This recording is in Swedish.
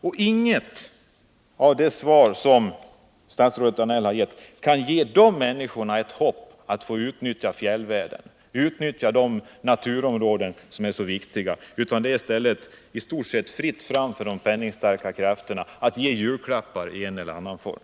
Och inget av de svar som statsrådet lämnat kan ge de människorna hopp om att få utnyttja fjällvärlden, utnyttja de naturområden som är så viktiga, utan det är i stället i stort sett fritt fram för de penningstarka krafterna att ge julklappar i en eller annan form.